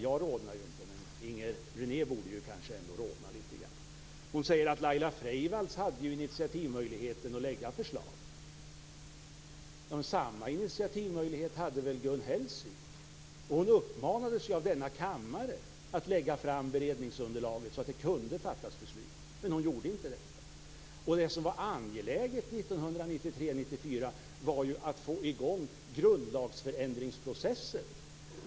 Jag rodnar ju inte, men Inger René borde kanske rodna litet grand. Inger René sade att Laila Freivalds hade initiativmöjligheter när det gällde att lägga fram förslag. Men Gun Hellsvik hade väl samma initiativmöjlighet! Hon uppmanades ju av denna kammare att lägga fram beredningsunderlag så att det kunde fattas beslut, men det gjorde hon inte. Det som var angeläget 1993 1994 var ju att få i gång grundlagsförändringsprocessen.